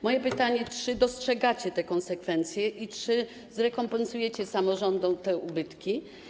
Moje pytanie brzmi: Czy dostrzegacie te konsekwencje i czy zrekompensujecie samorządom te ubytki?